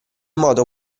modo